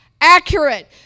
accurate